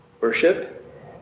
Worship